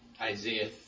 Isaiah